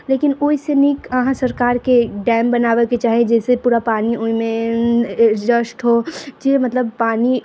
लेकिन ओइसँ नीक अहाँ सरकारके डैम बनाबेके चाही जाहिसँ पूरा पानि ओइमे एडजस्ट हो जे मतलब पानि